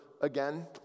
again